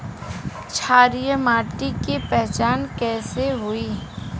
क्षारीय माटी के पहचान कैसे होई?